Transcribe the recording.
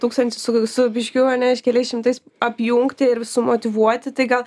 tūkstantį su su biškiu a ne iš keliais šimtais apjungti ir sumotyvuoti tai gal